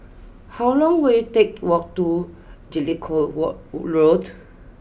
how long will it take to walk to Jellicoe War Road